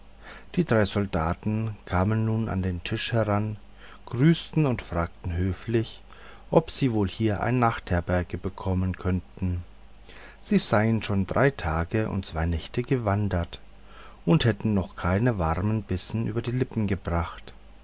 die drei soldaten kamen nun an den tisch heran grüßten und fragten höflich ob sie wohl hier eine nachtherberge bekommen könnten sie seien schon drei tage und zwei nächte gewandert und hätten noch keinen warmen bissen über die lippen gebracht